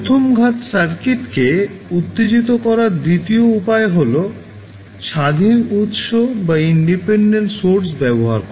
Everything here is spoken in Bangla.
প্রথম ঘাত সার্কিটকে উত্তেজিত করার দ্বিতীয় উপায় হল স্বাধীন উৎস ব্যবহার করে